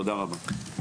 תודה רבה.